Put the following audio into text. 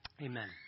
amen